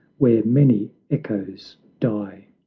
where many echoes die.